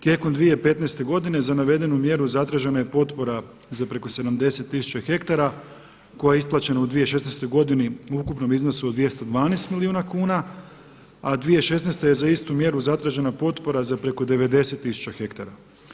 Tijekom 2015. godine za navedenu mjeru zatražena je potpora za preko 70tisuća hektara koja je isplaćena u 2016. godini u ukupnom iznosu od 212 milijuna kuna, a 2016. je za istu mjeru zatražena potpora za preko 90 tisuća hektara.